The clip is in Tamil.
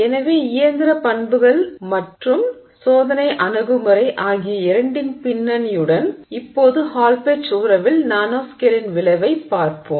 எனவே இயந்திர பண்புகள் மற்றும் சோதனை அணுகுமுறை ஆகிய இரண்டின் பின்னணியுடன் இப்போது ஹால் பெட்ச் உறவில் நானோஸ்கேலின் விளைவைப் பார்ப்போம்